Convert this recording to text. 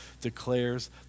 declares